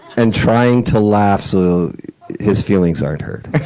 and trying to laugh so his feelings aren't hurt.